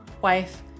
wife